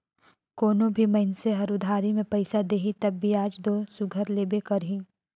कोनो भी मइनसे हर उधारी में पइसा देही तब बियाज दो सुग्घर लेबे करही